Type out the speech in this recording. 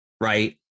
right